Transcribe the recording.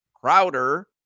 Crowder